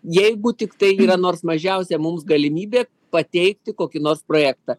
jeigu tiktai yra nors mažiausia mums galimybė pateikti kokį nors projektą